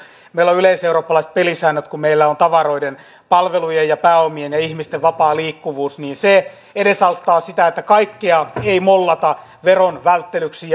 meillä on yleiseurooppalaiset pelisäännöt kun meillä on tavaroiden palvelujen ja pääomien ja ihmisten vapaa liikkuvuus niin se edesauttaa sitä että kaikkea ei mollata veronvälttelyksi